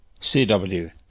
CW